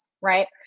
right